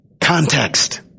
Context